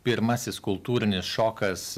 pirmasis kultūrinis šokas